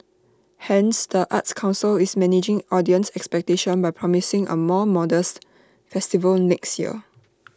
hence the arts Council is managing audience expectation by promising A more modest festival next year